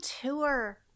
tour